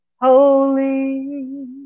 holy